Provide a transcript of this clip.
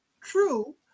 true